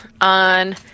on